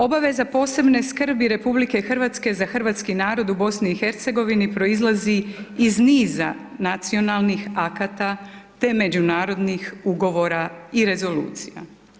Obaveza posebne skrbi RH za hrvatski narod u BiH-u proizlazi iz niza nacionalnih akata te međunarodnih ugovora i rezolucija.